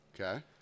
Okay